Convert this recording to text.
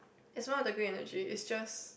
it's one of the green energy it's just